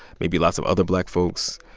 maybe lots of other black folks.